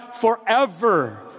forever